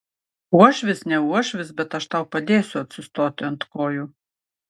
uošvis ne uošvis bet aš tau padėsiu atsistoti ant kojų